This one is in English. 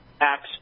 acts